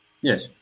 Yes